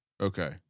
Okay